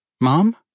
Mom